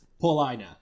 Paulina